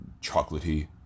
chocolatey